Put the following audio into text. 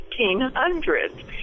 1800s